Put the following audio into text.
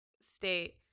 state